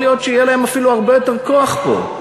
יכול להיות שיהיה להם אפילו הרבה יותר כוח פה,